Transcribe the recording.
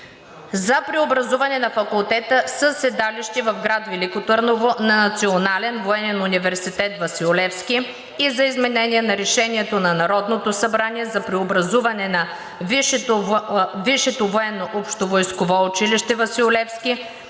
за преобразуване на факултета със седалище в град Велико Търново на Национален военен университет „Васил Левски“ и за изменение на решението на Народното събрание за преобразуване на Висшето военно общовойсково училище „Васил Левски“,